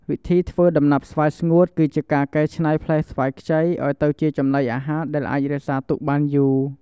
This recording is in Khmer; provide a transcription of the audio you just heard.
វិធីធ្វើដំណាប់ស្វាយស្ងួត គឺជាការកែច្នៃផ្លែស្វាយខ្ចីឱ្យទៅជាចំណីអាហារដែលអាចរក្សាទុកបានយូរ។